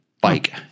bike